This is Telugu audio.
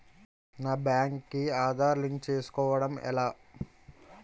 నా బ్యాంక్ కి ఆధార్ లింక్ చేసుకోవడం ఎలా?